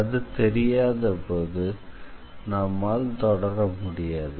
அது தெரியாத போது நம்மால் தொடர முடியாது